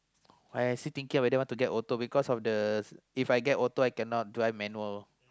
I still think whether want to get auto because of the If I get auto I cannot drive manual